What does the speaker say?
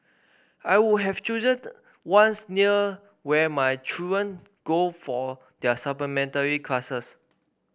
I would have chosen ones near where my children go for their supplementary classes